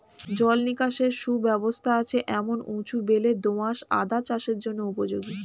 জল নিকাশের সুব্যবস্থা আছে এমন উঁচু বেলে দোআঁশ আদা চাষের জন্য উপযোগী